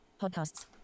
Podcasts